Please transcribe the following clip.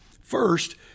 First